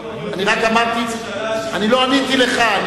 הייתי שמח אם היית אומר, רק אמרתי, לא עניתי לך.